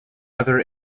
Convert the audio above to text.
other